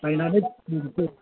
लायनानै